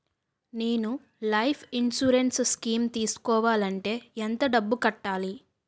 నేను life insurance scheme తీసుకోవాలంటే ఎంత డబ్బు కట్టాలి?